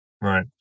Right